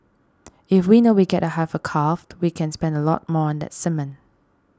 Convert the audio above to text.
if we know we'll get a heifer calf we can spend a lot more on that semen